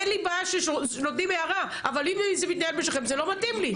אין לי בעיה שנותנים הערה אבל אם זה מתנהל בין שניכם זה לא מתאים לי.